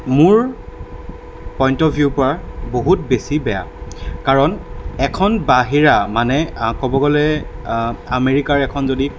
মোৰ point of ভিউৰ পৰা বহুত বেছি বেয়া কাৰণ এখন বাহিৰা মানে ক'ব গ'লে আমেৰিকাৰ এখন যদি